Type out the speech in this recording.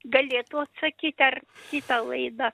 galėtų atsakyt ar kitą laidą